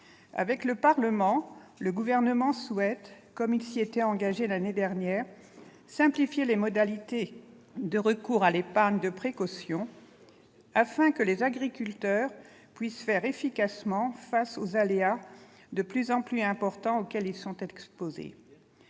Avec le Parlement, le Gouvernement souhaite, comme il s'y était engagé l'année dernière, simplifier les modalités de recours à l'épargne de précaution afin que les agriculteurs puissent faire face efficacement aux aléas de plus en plus importants auxquels ils sont exposés.